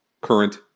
Current